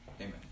Amen